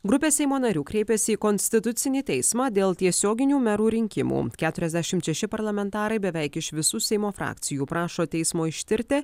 grupė seimo narių kreipėsi į konstitucinį teismą dėl tiesioginių merų rinkimų keturiasdešimt šeši parlamentarai beveik iš visų seimo frakcijų prašo teismo ištirti